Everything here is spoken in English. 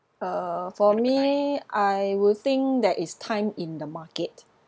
uh for me I would think that it's time in the market